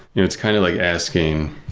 it's kind of like asking,